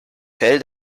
fell